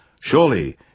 surely